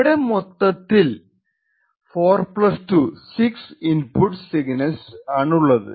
ഇവിടെ മൊത്തത്തിൽ 426 input signals ആണുള്ളത്